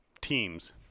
teams